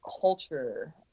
culture